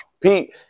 Pete